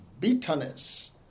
bitterness